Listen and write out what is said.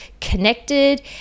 connected